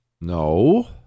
No